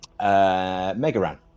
Megaran